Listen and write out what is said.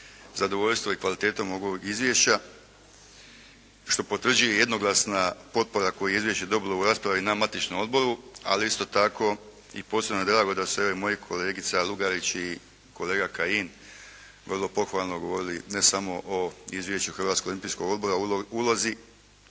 zadovoljstvo kvalitetom ovog izvješća što potvrđuje jednoglasna potpora koje je izvješće dobilo u raspravi na matičnom odboru, ali isto tako posebno mi je drago da su moja kolegica Lugarić i kolega Kajin vrlo pohvalno govorili ne samo o izvješću Hrvatskog olimpijskog odbora, ulozi